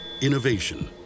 Innovation